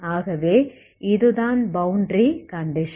ஆகவே இது தான் பௌண்டரி கண்டிஷன்